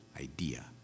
idea